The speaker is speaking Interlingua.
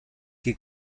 qui